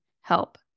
help